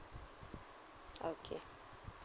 okay